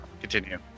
Continue